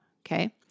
okay